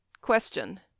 Question